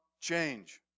change